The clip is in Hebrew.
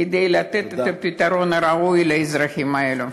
כדי לתת את הפתרון הראוי לאזרחים האלה.